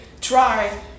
try